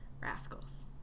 Rascals